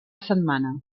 setmana